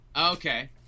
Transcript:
okay